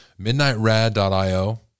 Midnightrad.io